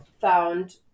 found